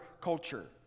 culture